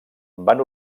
van